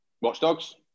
Watchdogs